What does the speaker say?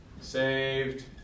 saved